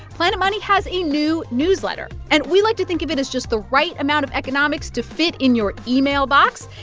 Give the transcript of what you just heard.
planet money has a new newsletter, and we like to think of it as just the right amount of economics to fit in your email box.